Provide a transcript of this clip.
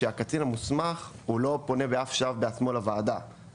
הקצין המוסמך לא פונה בעצמו לוועדה באף שלב,